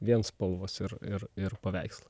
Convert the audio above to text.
vien spalvos ir ir ir paveiksl